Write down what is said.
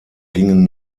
gingen